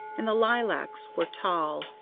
and the lilacs were tall,